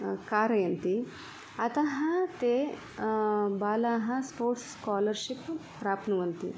कारयन्ति अतः ते बालाः स्पोर्ट्स् स्कोलर्शिप् प्राप्नुवन्ति